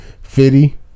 Fitty